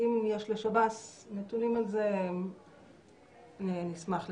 אם יש לשב"ס נתונים על זה אז אנחנו נשמח לדעת.